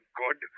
good